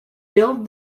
build